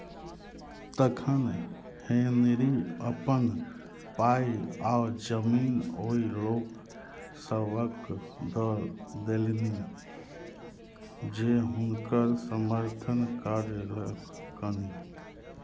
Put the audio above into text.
तखन हेनरी अपन पाइ आ जमीन ओहि लोक सभकेँ दऽ देलनि जे हुनकर समर्थन करलकनि